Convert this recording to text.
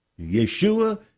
Yeshua